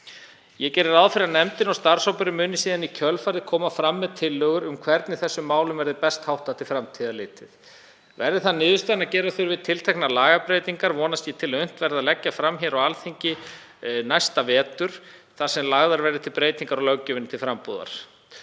Ég geri ráð fyrir að nefndin og starfshópurinn muni síðan í kjölfarið koma fram með tillögur um hvernig þessum málum verði best háttað til framtíðar litið. Verði það niðurstaðan að gera þurfi tilteknar lagabreytingar vonast ég til að unnt verði að leggja fram frumvarp á Alþingi næsta vetur þar sem lagðar verða til breytingar á löggjöfinni til frambúðar.